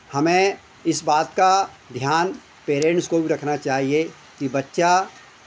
हमे इस बात का ध्यान पेरेंट्स को भी रखना चाहिए कि बच्चा